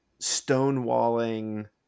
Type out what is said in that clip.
stonewalling